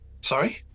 sorry